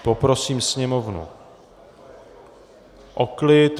Poprosím sněmovnu o klid.